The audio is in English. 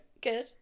Good